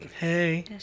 Hey